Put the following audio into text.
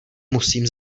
musím